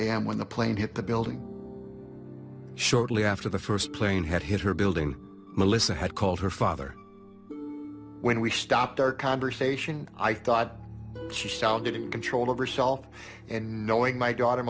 m when the plane hit the building shortly after the first plane had hit her building melissa had called her father when we stopped our conversation i thought she shall get control of herself and knowing my daughter